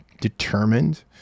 determined